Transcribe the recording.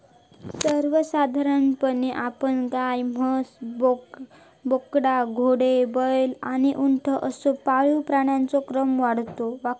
सर्वसाधारणपणे आपण गाय, म्हस, बोकडा, घोडो, बैल आणि उंट असो पाळीव प्राण्यांचो क्रम बगतो